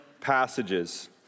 passages